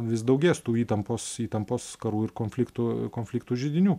vis daugės tų įtampos įtampos karų ir konfliktų konfliktų židinių